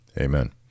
Amen